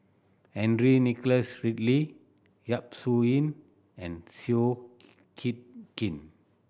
Henry Nicholas Ridley Yap Su Yin and Seow Yit Kin